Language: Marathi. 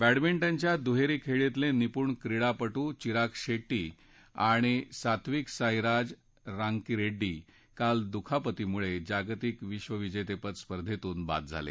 बॅडमिंटनच्या दुहेरी खेळीतले निपुण क्रीडापटू चिराग शेट्टी आणि सात्विकसाईराज रांकीरेड्डी काल दुखापतीमुळे जागतिक विश्वविजेतेपद स्पर्धेतून बाद झाले